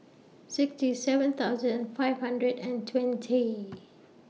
sixty seven thousand five hundred and twenty